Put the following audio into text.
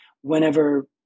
whenever